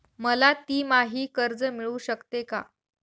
मला तिमाही कर्ज मिळू शकते का?